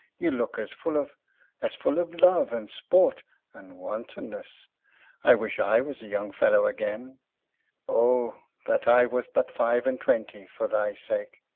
you look as full of as full of love and sport and wantonness i wish i was a young fellow again oh! that i was but five and twenty for thy sake.